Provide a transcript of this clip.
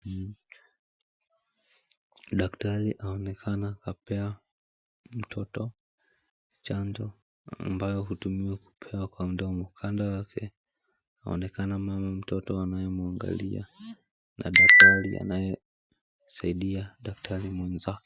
Daktari anaonekana akimpea mtoto chanjo ambayo hutumiwa kupewa kwa mdomo kando yake anaonekana mama ya mtoto ambaye anamuangalia na daktari ambaye anamsaidia daktari mwenzake.